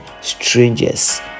strangers